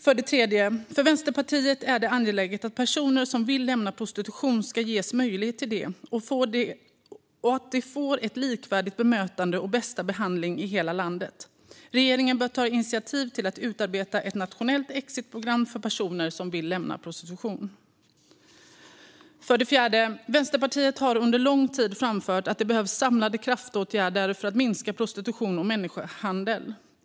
För det tredje är det angeläget för Vänsterpartiet att personer som vill lämna prostitution ska ges möjlighet till det och att de får ett likvärdigt bemötande och bästa möjliga behandling i hela landet. Regeringen bör ta initiativ till att utarbeta ett nationellt exitprogram för personer som vill lämna prostitution. För det fjärde har Vänsterpartiet under lång tid framfört att det behövs samlade kraftåtgärder för att minska prostitution och människohandel.